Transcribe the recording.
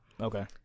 Okay